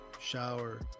shower